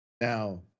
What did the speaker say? Now